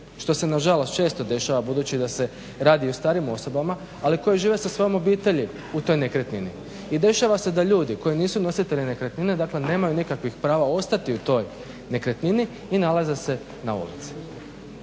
što se nažalost često dešava budući da se radi o starijim osobama, ali koje žive sa svojom obitelji u toj nekretnini. I dešava se da ljudi koji nisu nositelji nekretnine, dakle nemaju nikakvih prava ostati u toj nekretnini i nalaze se na ulici